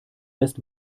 lässt